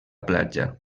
platja